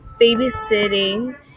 babysitting